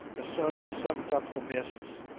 the sun sucked up the mists,